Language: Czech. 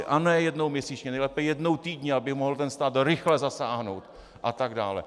A ne jednou měsíčně, nejlépe jednou týdně, aby mohl ten stát rychle zasáhnout atd.